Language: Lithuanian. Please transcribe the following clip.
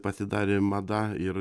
pasidarė mada ir